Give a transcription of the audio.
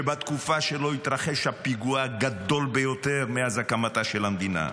שבתקופה שלו התרחש הפיגוע הגדול ביותר מאז הקמתה של המדינה,